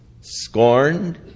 Scorned